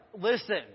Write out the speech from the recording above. listen